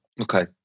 Okay